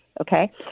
Okay